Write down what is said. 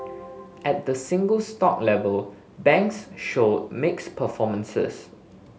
at the single stock level banks showed mixed performances